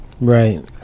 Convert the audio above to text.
Right